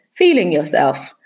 FEELINGYOURSELF